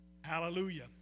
Hallelujah